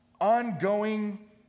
ongoing